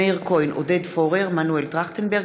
יוליה מלינובסקי,